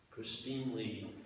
pristinely